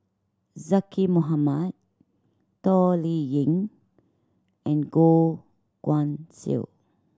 Zaqy Mohamad Toh Liying and Goh Guan Siew